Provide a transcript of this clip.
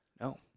No